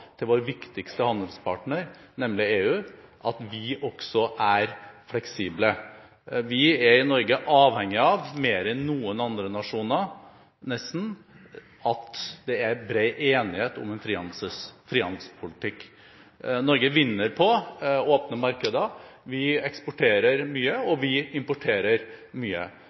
til vår viktigste handelspartner, nemlig EU, om at vi også er fleksible. Vi er i Norge avhengig av – mer enn noen andre nasjoner, nesten – at det er bred enighet om en frihandelspolitikk. Norge vinner på åpne markeder. Vi eksporterer mye, og vi importerer mye.